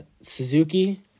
Suzuki